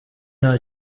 nta